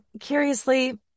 curiously